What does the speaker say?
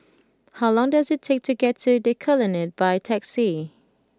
how long does it take to get to The Colonnade by taxi